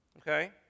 Okay